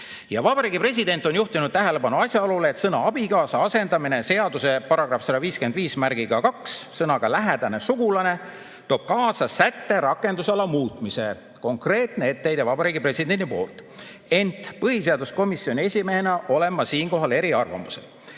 Vabariigi President on juhtinud tähelepanu asjaolule, et sõna "abikaasa" asendamine seaduse §-s 1552sõnadega "lähedane sugulane" toob kaasa sätte rakendusala muutmise – konkreetne etteheide Vabariigi Presidendilt. Ent põhiseaduskomisjoni esimehena olen ma siinkohal eriarvamusel.